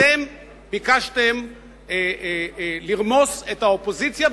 אתם ביקשתם לרמוס את האופוזיציה,